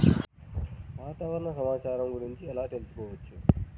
వాతావరణ సమాచారము గురించి ఎలా తెలుకుసుకోవచ్చు?